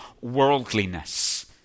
worldliness